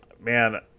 man